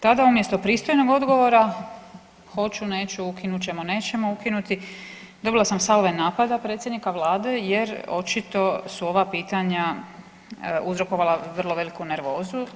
Tada umjesto pristojnog odgovora, hoću, neću, ukinut ćemo, nećemo ukinuti, dobila sam salve napada predsjednika Vlade jer očito su ova pitanja uzrokovala vrlo veliku nervozu.